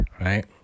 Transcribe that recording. right